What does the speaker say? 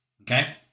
Okay